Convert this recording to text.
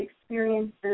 experiences